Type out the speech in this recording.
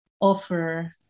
offer